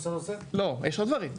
לא, יש עוד דברים.